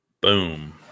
Boom